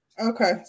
Okay